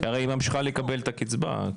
הרי היא ממשיכה לקבל את הקצבה.